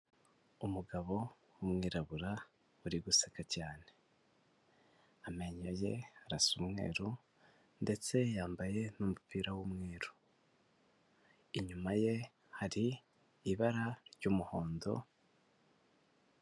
Umugabo w'umwirabura uri guseka cyane. Amenyo ye arasa umweru ndetse yambaye n'umupira w'umweru inyuma ye hari ibara ry'umuhondo.